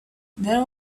there